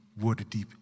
Waterdeep